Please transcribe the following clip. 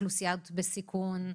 אוכלוסיות בסיכון,